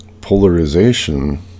polarization